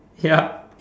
ya